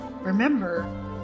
Remember